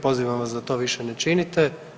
Pozivam vas da to više ne činite.